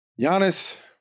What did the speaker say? Giannis